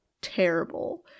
terrible